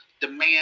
demand